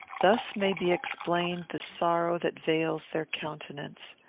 thus may be explained the sorrow that veils their countenance.